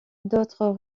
d’autres